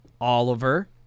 Oliver